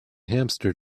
hamster